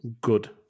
good